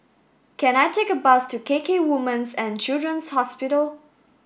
can I take a bus to K K Woman's and Children's Hospital